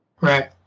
Right